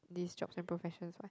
these jobs and professions what